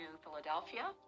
Philadelphia